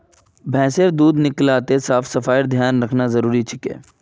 भैंसेर दूध निकलाते साफ सफाईर ध्यान रखना जरूरी छिके